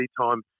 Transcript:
time